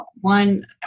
One